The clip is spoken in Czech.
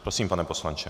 Prosím, pane poslanče.